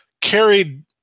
carried